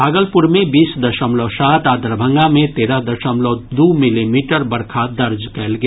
भागलपुर मे बीस दशमलव सात आ दरभंगा मे तेरह दशमलव दू मिलीमीटर बरखा दर्ज कयल गेल